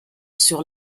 sur